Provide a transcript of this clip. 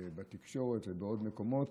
בתקשורת ובעוד מקומות